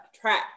track